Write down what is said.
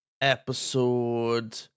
episode